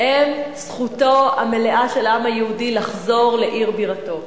הם זכותו המלאה של העם היהודי לחזור לעיר בירתו.